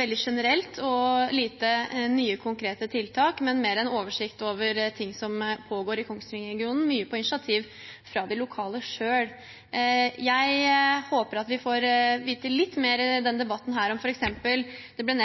veldig generell og med få nye, konkrete tiltak – mer en oversikt over ting som pågår i Kongsvinger-regionen, mye på initiativ fra de lokale selv. Jeg håper at vi i denne debatten får vite litt mer om f.eks. det